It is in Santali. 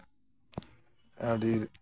ᱟᱹᱰᱤ